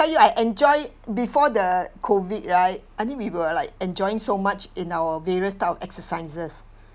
you I enjoy before the COVID right I think we were like enjoying so much in our various type of exercises